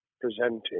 presenting